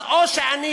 אז או שאני